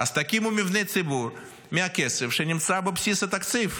אז תקימו מבני ציבור מהכסף שנמצא בבסיס התקציב.